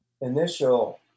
initial